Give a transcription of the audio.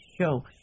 show